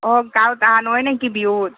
অঁ গাঁৱত অহা নহয় নেকি বিহুত